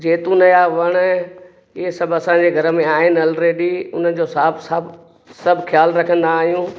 जेतुनि जा वण इहे सभु असांजे घर में आहिनि ऑलरेडी हुनजो साब सभु सभु ख़्यालु रखंदा आहियूं